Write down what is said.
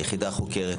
היחידה החוקרת,